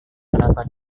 kenapa